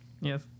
Yes